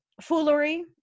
foolery